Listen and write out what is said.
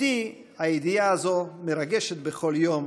אותי הידיעה הזו מרגשת בכל יום